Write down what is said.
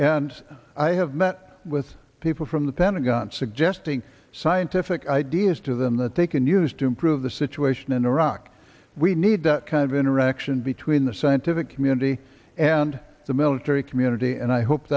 and i have met with people from the pentagon suggesting scientific ideas to them that they can use to improve the situation in iraq we need that kind of interaction between the scientific community and the military community and i hope